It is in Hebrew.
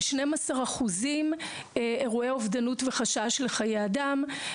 כ-12% אירועי אובדנות וחשש לחיי אדם.